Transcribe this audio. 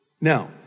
Now